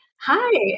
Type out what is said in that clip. Hi